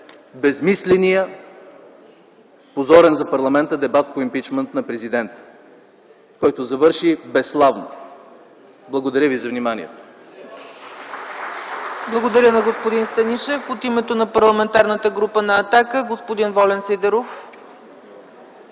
безсмисленият, позорен за парламента дебат по импийчмънт на президента, който завърши безславно. Благодаря Ви за вниманието.